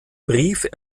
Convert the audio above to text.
brief